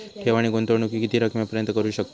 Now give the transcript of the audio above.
ठेव आणि गुंतवणूकी किती रकमेपर्यंत करू शकतव?